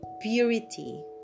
purity